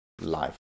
Life